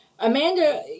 Amanda